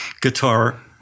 guitar